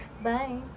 Bye